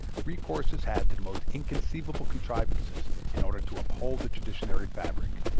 recourse is had to the most inconceivable contrivances in order to uphold the traditionary fabric,